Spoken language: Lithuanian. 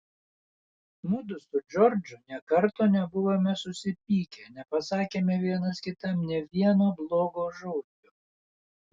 mudu su džordžu nė karto nebuvome susipykę nepasakėme vienas kitam nė vieno blogo žodžio